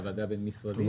הוועדה הבין-משרדית?